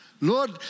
Lord